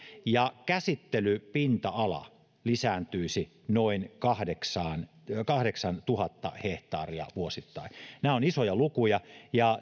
käsittelypinta ala lisääntyisi noin kahdeksantuhatta hehtaaria vuosittain nämä ovat isoja lukuja ja